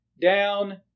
down